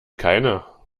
keiner